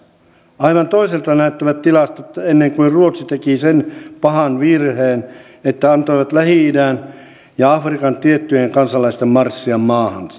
aivan toiselta näyttivät tilastot ennen kuin ruotsi teki sen pahan virheen että antoi lähi idän ja afrikan tiettyjen kansalaisten marssia maahansa